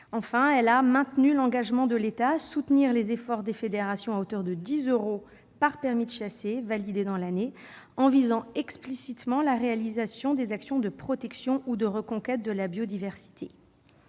Enfin, elle a maintenu l'engagement de l'État à soutenir les efforts des fédérations à hauteur de 10 euros par permis de chasser validé dans l'année, en visant explicitement la réalisation des actions de protection ou de reconquête de la biodiversité.